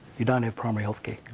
you don't have primary healthcare.